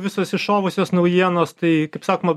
visos iššovusios naujienos tai kaip sakoma